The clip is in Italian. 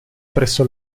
presso